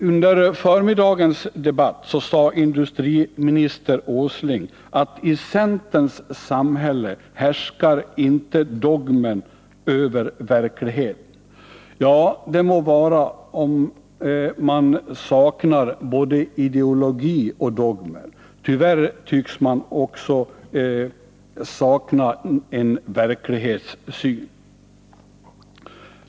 Under förmiddagens debatt sade industriminister Åsling att i centerns samhälle härskar inte dogmen över verkligheten. Ja, det må vara om man saknar både ideologi och dogmer. Tyvärr tycks man också sakna en verklighetssyn.